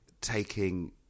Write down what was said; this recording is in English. taking